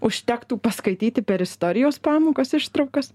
užtektų paskaityti per istorijos pamokas ištraukas